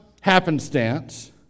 happenstance